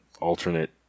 alternate